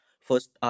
First